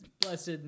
blessed